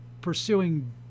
pursuing